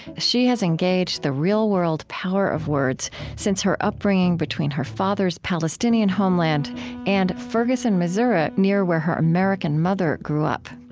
she has engaged the real-world power of words since her upbringing between her father's palestinian homeland and ferguson, missouri, near where her american mother grew up.